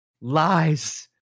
Lies